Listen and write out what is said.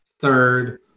third